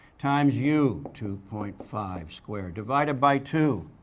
times u, two point five squared divided by two.